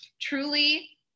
truly